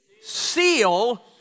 seal